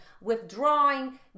withdrawing